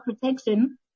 protection